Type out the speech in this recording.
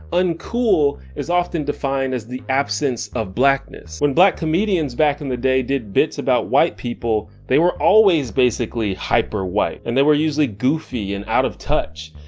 uncool is often defined as the absence of blackness. when black comedians back in the day did bits about white people, they were always basically hyper white. and they were usually goofy and out of touch,